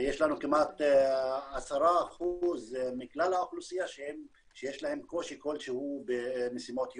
יש לנו כמעט 10% מכלל האוכלוסייה שיש להם קושי כלשהו במשימות יום.